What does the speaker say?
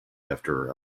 after